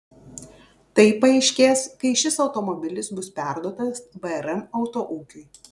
tai paaiškės kai šis automobilis bus perduotas vrm autoūkiui